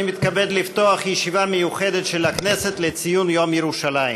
אני מתכבד לפתוח ישיבה מיוחדת של הכנסת לציון יום ירושלים.